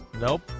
Nope